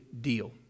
deal